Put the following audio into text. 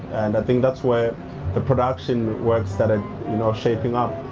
and i think that's where the production work started you know shaping up.